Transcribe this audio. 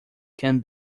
can